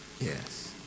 Yes